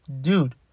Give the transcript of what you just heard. dude